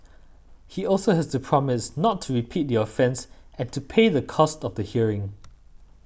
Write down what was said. he also has to promise not to repeat the offence and to pay the cost of the hearing